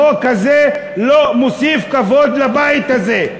החוק הזה לא מוסיף כבוד לבית הזה.